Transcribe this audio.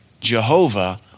Jehovah